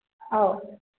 ꯑꯧ